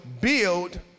build